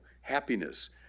happiness